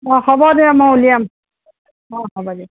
অঁ হ'ব দে মই উলিয়াম অঁ হ'ব দে